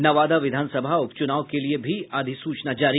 नवादा विधानसभा उप चुनाव के लिये भी अधिसूचना जारी